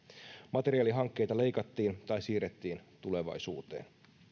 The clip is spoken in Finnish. materiaalihankkeita leikattiin tai siirrettiin tulevaisuuteen